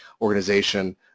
organization